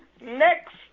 next